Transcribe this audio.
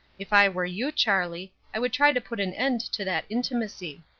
if i were you, charlie, i would try to put an end to that intimacy.